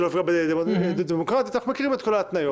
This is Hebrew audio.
שלא יפגע בדמוקרטיה אנחנו מכירים את כל ההתניות.